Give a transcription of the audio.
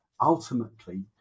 ultimately